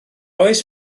oes